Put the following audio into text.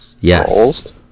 Yes